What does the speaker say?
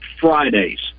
Fridays